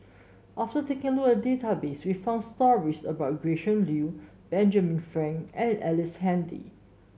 after taking a look at database we found stories about Gretchen Liu Benjamin Frank and Ellice Handy